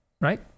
right